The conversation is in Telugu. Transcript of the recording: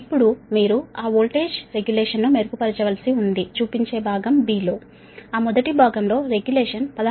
ఇప్పుడు మీరు ఆ వోల్టేజ్ రెగ్యులేషన్ ను మెరుగుపరచవలసి ఉంది చూపించే భాగం బి లో ఆ మొదటి భాగంలో రెగ్యులేషన్ 16